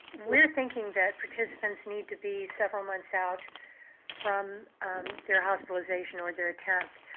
we're thinking that participants need to be several months out from their hospitalization or their attempt.